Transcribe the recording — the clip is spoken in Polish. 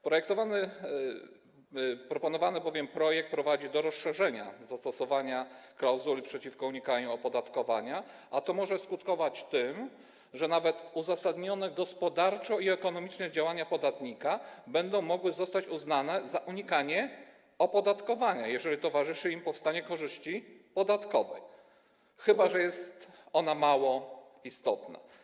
Proponowany projekt prowadzi bowiem do rozszerzenia zastosowania klauzuli przeciwko unikaniu opodatkowania, a to może skutkować tym, że nawet uzasadnione gospodarczo i ekonomicznie działania podatnika będą mogły zostać uznane za unikanie opodatkowania, jeżeli towarzyszy im powstanie korzyści podatkowej, chyba że jest ona mało istotna.